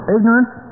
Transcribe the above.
Ignorance